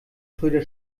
schröder